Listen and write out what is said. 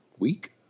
Week